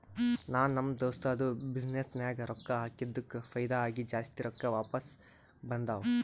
ನಾ ನಮ್ ದೋಸ್ತದು ಬಿಸಿನ್ನೆಸ್ ನಾಗ್ ರೊಕ್ಕಾ ಹಾಕಿದ್ದುಕ್ ಫೈದಾ ಆಗಿ ಜಾಸ್ತಿ ರೊಕ್ಕಾ ವಾಪಿಸ್ ಬಂದಾವ್